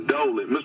Dolan